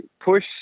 Push